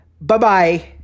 Bye-bye